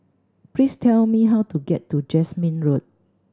please tell me how to get to Jasmine Road